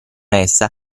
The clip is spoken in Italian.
essa